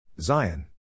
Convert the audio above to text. Zion